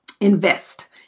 invest